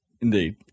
Indeed